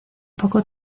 poco